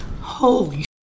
holy